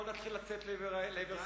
בואו נתחיל לצאת אל עבר סיני.